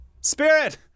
Spirit